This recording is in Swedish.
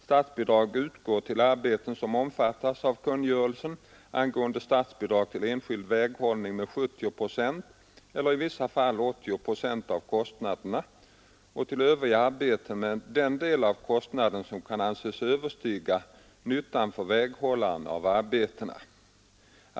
Statsbidrag utgår till arbeten som omfattas av kungörelsen angående statsbidrag till enskild väghållning med 70 procent eller i vissa fall 85 procent av kostnaderna och till övriga arbeten med den del av kostnaderna som kan anses överstiga nyttan för väghållaren av arbetena.